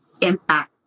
impact